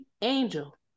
Angel